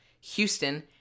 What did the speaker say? Houston